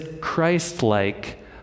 Christ-like